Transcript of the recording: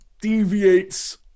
deviates